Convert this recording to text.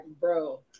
bro